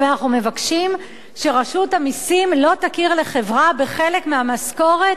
אבל אנחנו מבקשים שרשות המסים לא תכיר לחברה בחלק מהמשכורת